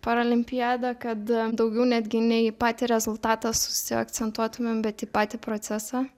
paralimpiada kad daugiau netgi ne į patį rezultatą susiakcentuotumėm bet į patį procesą